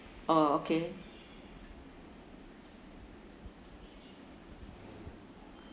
orh okay